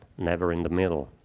never in the middle,